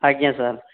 ଆଜ୍ଞା ସାର୍